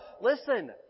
Listen